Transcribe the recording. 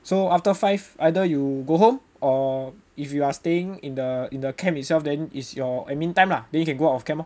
so after five either you go home or if you are staying in the in the camp itself then is your admin time lah then you can go out of camp lor